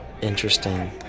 interesting